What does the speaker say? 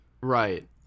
Right